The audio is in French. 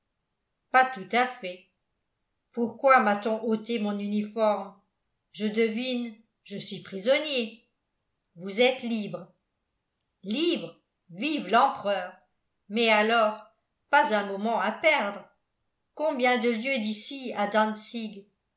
pas tout à fait pourquoi m'a-t-on ôté mon uniforme je devine je suis prisonnier vous êtes libre libre vive l'empereur mais alors pas un moment à perdre combien de lieues d'ici à